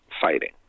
fighting